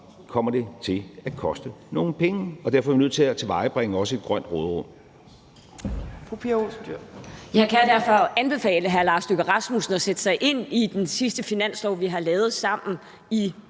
kommer det til at koste nogle penge. Derfor er vi nødt til også at tilvejebringe et grønt råderum.